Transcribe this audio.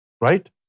right